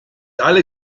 alle